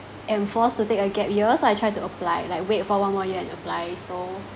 am forced to take a gap year so I try to apply like wait for one more year and apply so